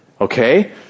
okay